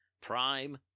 Prime